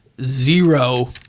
zero